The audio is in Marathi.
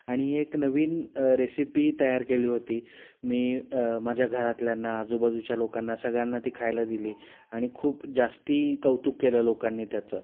आणि ही एक नवीन रेसिपी तयार केली होती मी माझ्या घरातल्यांना आजूबाजूच्या लोकांना सगळ्यांना ती खायला दिली आणि खूप जास्ती कौतुक केलं लोकांनी त्याचं